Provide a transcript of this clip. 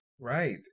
Right